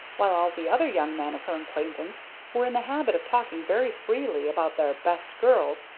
while all the other young men of her acquaintance were in the habit of talking very freely about their best girls,